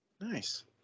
Nice